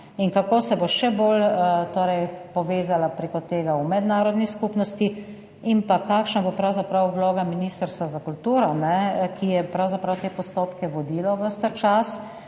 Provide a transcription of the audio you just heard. bo Slovenija še bolj povezala preko tega v mednarodni skupnosti? Kakšna bo pravzaprav vloga Ministrstva za kulturo, ki je pravzaprav te postopke vodilo ves ta čas